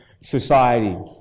society